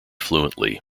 fluently